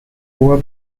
poor